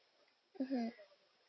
mmhmm